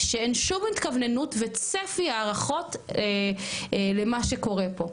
שאין שום התכווננות וצפי הערכות למה שקורה פה,